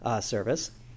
service